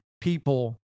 people